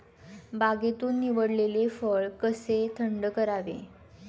बागेतून निवडलेले फळ कसे थंड करावे?